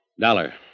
Dollar